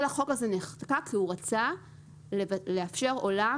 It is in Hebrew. כל החוק הזה נחקק כי הוא רצה לאפשר עולם